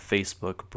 Facebook